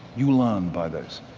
you learn by this.